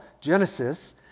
Genesis